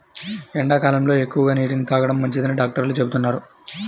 ఎండాకాలంలో ఎక్కువగా నీటిని తాగడం మంచిదని డాక్టర్లు చెబుతున్నారు